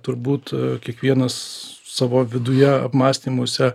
turbūt kiekvienas savo viduje apmąstymuose